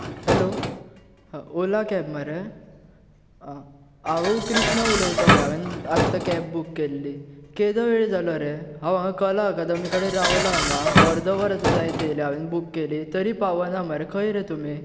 hello Ola cab मरे हांव कृष्णा उलयतां रे हांवें आत्ता कॅब बूक केल्ली केदो वेळ जालो रे हांव हांगा कला अकादमी कडेन रावलां हांगा अर्दो वर आता जायत आयले हांवें बूक केली तरी पावनां मरे खंय रे तुमी